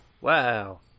Wow